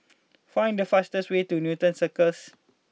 find the fastest way to Newton Circus